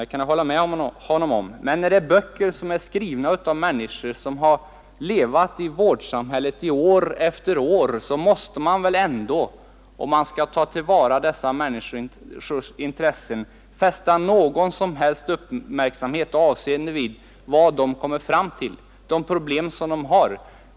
Det kan jag hålla med honom om, men är böckerna skrivna av människor som har levt i vårdsamhället år efter år, måste man väl ändå, om man vill ta till vara patienternas intressen, fästa något avseende vid och uppmärksamma vad de skriver om de problem som de har.